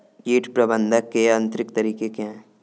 कीट प्रबंधक के यांत्रिक तरीके क्या हैं?